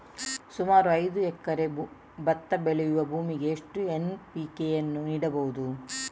ಸುಮಾರು ಐದು ಎಕರೆ ಭತ್ತ ಬೆಳೆಯುವ ಭೂಮಿಗೆ ಎಷ್ಟು ಎನ್.ಪಿ.ಕೆ ಯನ್ನು ನೀಡಬಹುದು?